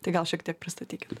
tai gal šiek tiek pristatykit